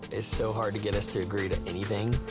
it's so hard to get us to agree to anything,